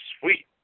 sweet